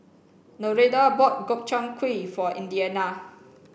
Nereida bought Gobchang Gui for Indiana